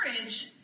Courage